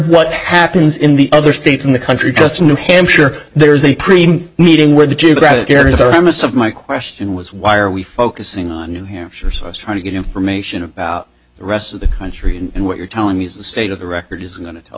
what happens in the other states in the country just in new hampshire there's a pretty meeting where the geographic areas are most of my question was why are we focusing on new hampshire so i was trying to get information about the rest of the country and what you're telling me the state of the record is going to